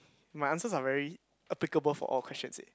my answers are very applicable for all questions eh